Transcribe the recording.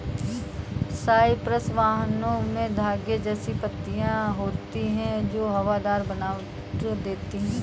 Cyprus vine में धागे जैसी पत्तियां होती हैं जो हवादार बनावट देती हैं